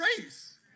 grace